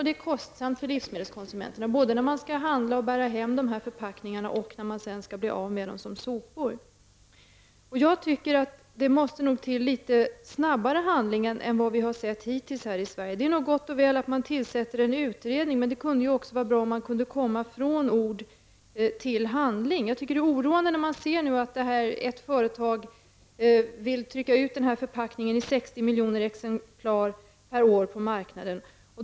Det är kostsamt för livsmedelskonsumenten, både när man skall handla och när man skall bära hem dessa förpackningar och när man sedan skall bli av med dem som sopor. Jag tycker att det måste till snabbare handling än vad vi hittills har sett i Sverige. Det är gott och väl att tillsätta en utredning, men det kunde också vara bra om man kunde gå från ord till handling. Jag tycker att det är oroande när ett företag vill få en ny förpackning i 60 miljoner exemplar per år ut på marknaden.